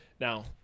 Now